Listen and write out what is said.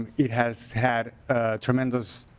it has had tremendous